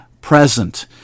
present